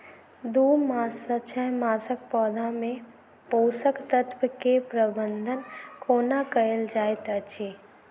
दू मास सँ छै मासक पौधा मे पोसक तत्त्व केँ प्रबंधन कोना कएल जाइत अछि?